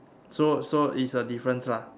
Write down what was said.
so so is a difference lah